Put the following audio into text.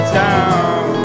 down